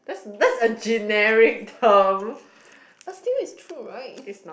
but still it's true right